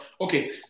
Okay